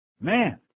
Man